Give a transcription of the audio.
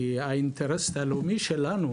כי האינטרס הלאומי שלנו,